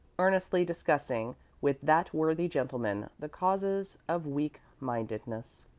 earnestly discussing with that worthy gentleman the causes of weakmindedness.